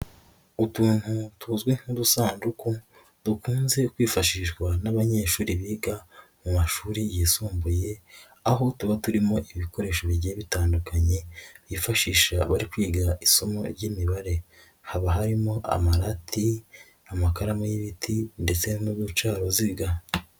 Utuntu tuzwi nk'udusanduku dukunze kwifashishwa n'abanyeshuri biga mu mashuri yisumbuye aho tuba turimo ibikoresho bigiye bitandukanye bifashisha bari kwiga isomo ry'imibare, haba harimo amarati, amakaramu y'ibiti ndetse n'uucaruziga.